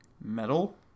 Metal